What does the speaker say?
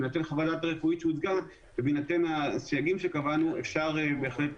בהינתן חוות הדעת הרפואית שהוצגה ובהינתן הסייגים שקבענו אפשר בהחלט